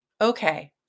okay